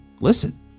listen